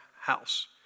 house